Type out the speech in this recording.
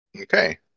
Okay